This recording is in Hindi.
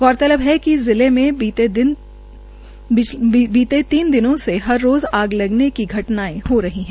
गौरतलब है कि जिले में बीते तीन दिन से हर रोज आग लगने की घटनाएं हो रही हैं